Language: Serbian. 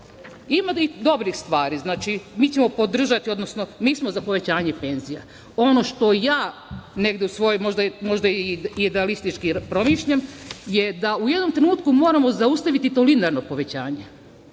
i dobrih stvari. Mi ćemo to podržati. Znači, mi smo za povećanje penzija. Ono što ja negde možda idealistički promišljam je da u jednom trenutku moramo zaustaviti to linearno povećanje.